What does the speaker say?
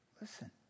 Listen